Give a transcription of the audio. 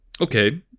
okay